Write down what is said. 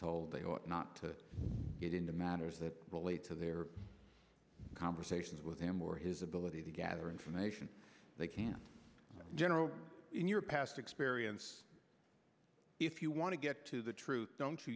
told they ought not to get into matters that relate to their conversations with him or his ability to gather information they can generally in your past experience if you want to get to the truth don't you